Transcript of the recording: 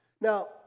Now